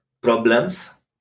problems